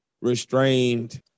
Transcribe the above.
Restrained